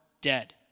dead